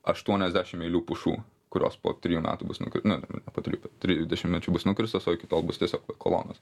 aštuoniasdešim eilių pušų kurios po trijų metų bus nuk nu ne po trijų po trijų dešimtmečių bus nukirstos o iki tol bus tiesiog kolonos